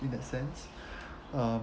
in that sense uh